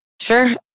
Sure